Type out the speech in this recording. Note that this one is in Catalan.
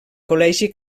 col·legi